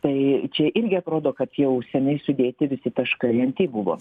tai čia irgi atrodo kad jau senai sudėti visi taškai ant i buvo